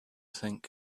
think